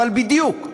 אבל בדיוק.